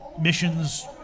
missions